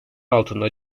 altında